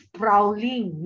prowling